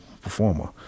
performer